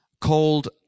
called